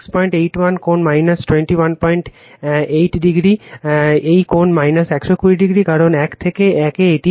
আসলে এটা Ia এটা তার মানে 6 8 1 কোণ 218o এই কোণ 120o কারণ 1 থেকে 1 এই একটি